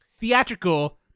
theatrical